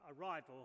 arrival